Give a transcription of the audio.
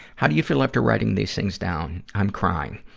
how do you feel after writing these things down? i'm crying.